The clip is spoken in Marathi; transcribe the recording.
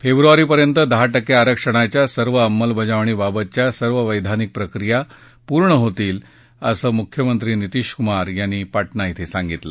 फेब्रुवारीपर्यंत दहा टक्के आरक्षणाच्या सर्व अंमलबजावणीबाबतच्या सर्व वैधानिक प्रक्रिया फेब्रुवारीपर्यंत पूर्ण होतील असं मुख्यमंत्री नीतिश कुमार यांनी पाटणा क्षे सांगितलं